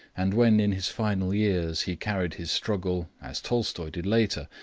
and when in his final years he carried his struggle, as tolstoi did later,